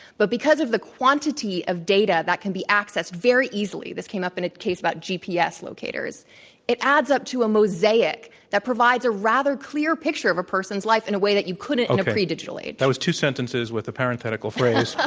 but because of the quantity of data that can be accessed very easily this came up in a case about gps locators it adds up to a mosaic that provides a rather clear picture of a person's life in a way that you couldn't in a pre digital age. okay. that was two sentences with a parenthetical phr ase